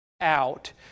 out